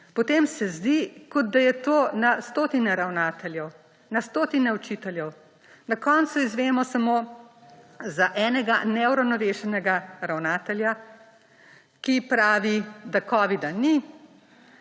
potem se zdi, kot da je to na stotine ravnateljev, na stotine učiteljev. Na koncu izvemo samo za enega neuravnovešenega ravnatelja, ki pravi, da covida ni,